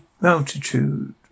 multitude